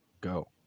go